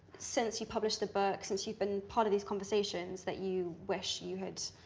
since you published the book since you've been part of these conversations that you wish you had